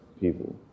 people